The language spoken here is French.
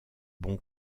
bon